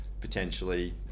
potentially